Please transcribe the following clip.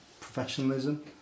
professionalism